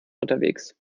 unterwegs